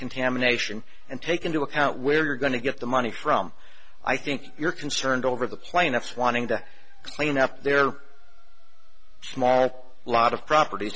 contamination and take into account where you're going to get the money from i think you're concerned over the plaintiffs wanting to clean up their small lot of propert